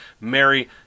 Mary